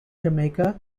jamaica